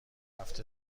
رفته